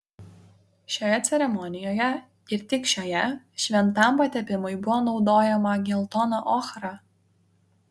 šioje ceremonijoje ir tik šioje šventam patepimui buvo naudojama geltona ochra